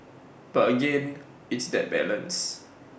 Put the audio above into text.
but again it's that balance